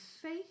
faith